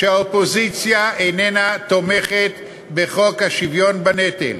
שהאופוזיציה איננה תומכת בחוק השוויון בנטל.